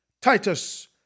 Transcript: Titus